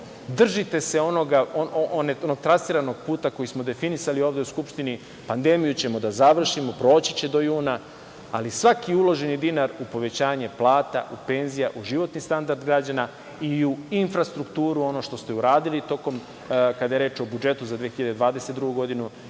držite se onog trasiranog puta koji smo definisali ovde u Skupštini, pandemiju ćemo da završimo, proći će do juna, ali svaki uloženi dinar u povećanje plata, penzija, u životni standard građana i u infrastrukturu, ono što se uradili kada je reč o budžetu za 2022. godinu